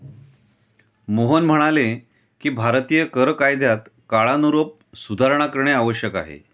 मोहन म्हणाले की भारतीय कर कायद्यात काळानुरूप सुधारणा करणे आवश्यक आहे